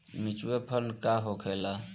Mutual fund का होखेला?